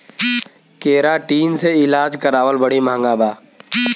keratin से इलाज करावल बड़ी महँगा बा